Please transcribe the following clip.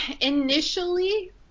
initially